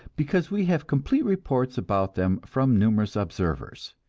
because we have complete reports about them from numerous observers.